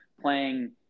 playing